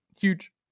Huge